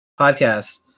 podcast